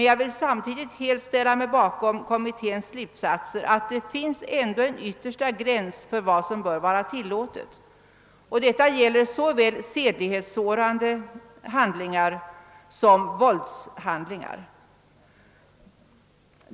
Jag vill emellertid samtidigt ställa mig bakom kommitténs slutsats att det ändå finns en yttersta gräns för vad som bör vara tillåtet. Detta gäller såväl sedlig hetssårande handlingar som våldshandlingar.